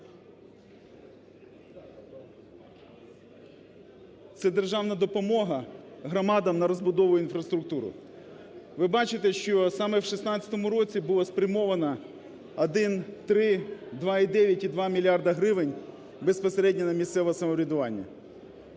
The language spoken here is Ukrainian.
Це державна допомога громадам на розбудову інфраструктури. Ви бачите, що саме в 2016-му році було спрямовано 1, 3, 2 і 9, і 2 мільярда гривень безпосередньо на місцеве самоврядування.